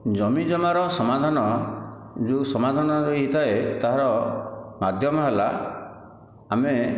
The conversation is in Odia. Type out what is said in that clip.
ଜମିଜମାର ସମାଧାନ ଯେଉଁ ସମାଧାନ ହେଇଥାଏ ତାହାର ମାଧ୍ୟମ ହେଲା ଆମେ